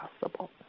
possible